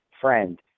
friend